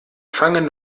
fangen